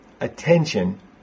attention